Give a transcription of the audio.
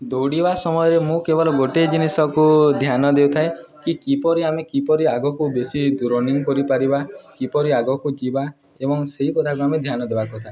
ଦୌଡ଼ିବା ସମୟରେ ମୁଁ କେବଳ ଗୋଟେ ଜିନିଷକୁ ଧ୍ୟାନ ଦେଉଥାଏ କି କିପରି ଆମେ କିପରି ଆଗକୁ ବେଶୀ ରନିଙ୍ଗ କରିପାରିବା କିପରି ଆଗକୁ ଯିବା ଏବଂ ସେଇ କଥାକୁ ଆମେ ଧ୍ୟାନ ଦେବା କଥା